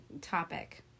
topic